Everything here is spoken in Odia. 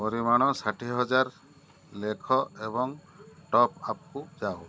ପରିମାଣ ଷାଠିଏହଜାର ଲେଖ ଏବଂ ଟପ୍ ଆପ୍କୁ ଯାଅ